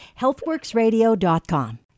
healthworksradio.com